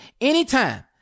anytime